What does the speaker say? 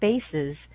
spaces